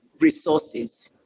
resources